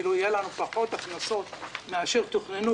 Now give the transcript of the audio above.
כלומר יהיו לנו פחות הכנסות מאשר תוכנן.